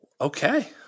Okay